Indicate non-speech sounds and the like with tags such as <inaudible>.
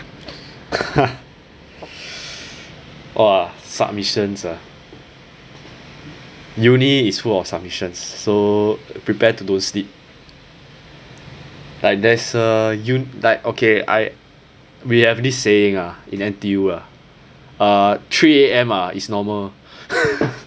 <laughs> !wah! submissions ah uni is full of submissions so prepare to don't sleep like there's a uni like okay I we have this saying ah in N_T_U ah uh three A_M ah is normal <laughs>